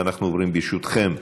אנחנו עוברים, ברשותכם,